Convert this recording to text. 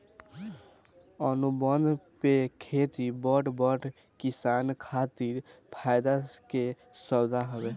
अनुबंध पे खेती बड़ बड़ किसान खातिर फायदा के सौदा हवे